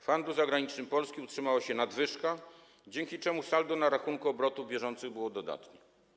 W handlu zagranicznym Polski utrzymała się nadwyżka, dzięki czemu saldo na rachunku obrotów bieżących było dodatnie.